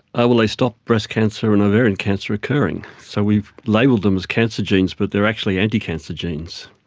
ah well, they stop breast cancer and ovarian cancer occurring. so we've labelled them as cancer genes but they are actually anti-cancer genes.